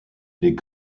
des